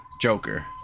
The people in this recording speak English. Joker